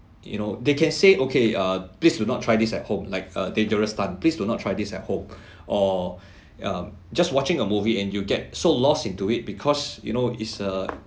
you know they can say okay uh please do not try this at home like uh dangerous stunt please do not try this at home or um just watching a movie and you get so last into it because you know it's a